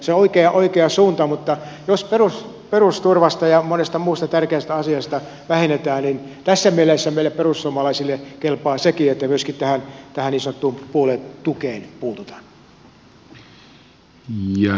se on oikea suunta mutta jos perusturvasta ja monesta muusta tärkeästä asiasta vähennetään niin tässä mielessä meille perussuomalaisille kelpaa sekin että myöskin tähän niin sanottuun puoluetukeen puututaan